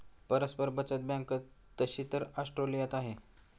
परस्पर बचत बँक तशी तर ऑस्ट्रेलियात आहे